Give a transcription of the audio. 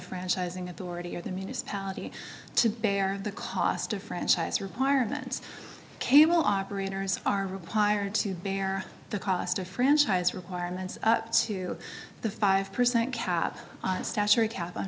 franchising authority or the municipality to bear the cost of franchise requirements cable operators are required to bear the cost of franchise requirements up to the five percent ca